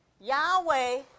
Yahweh